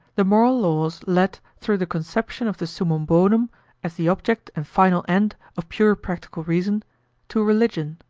the moral laws lead through the conception of the summum bonum as the object and final end of pure practical reason to religion,